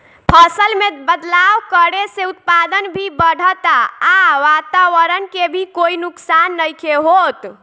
फसल में बदलाव करे से उत्पादन भी बढ़ता आ वातवरण के भी कोई नुकसान नइखे होत